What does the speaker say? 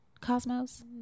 Cosmos